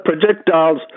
projectiles